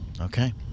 Okay